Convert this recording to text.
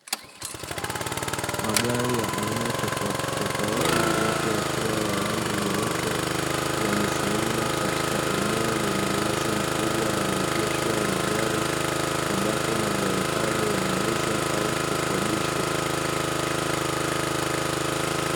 Magari ya aina tofautitofauti yote yakiwa ya rangi nyeupe, yamesimama katika eneo lenye uwazi mkubwa la maegesho ya magari, ambapo magari hayo yanauzwa au kukodishwa.